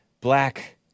black